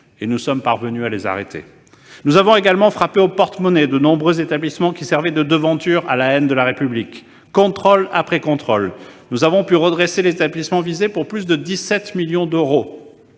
et nous sommes parvenus à les arrêter. Nous avons également frappé au porte-monnaie de nombreux établissements qui servaient de devanture aux contempteurs de la République. Contrôle après contrôle, nous avons pu redresser les établissements visés pour plus de 17 millions d'euros.